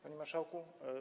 Panie Marszałku!